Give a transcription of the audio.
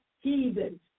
heathens